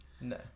No